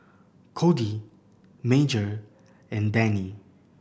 Codi Major and Dannie